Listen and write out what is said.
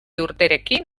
urterekin